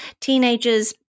teenager's